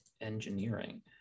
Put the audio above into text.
engineering